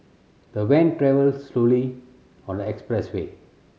the van travelled slowly on the expressway